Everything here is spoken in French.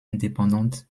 indépendante